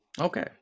Okay